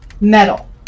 Metal